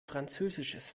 französisches